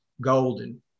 golden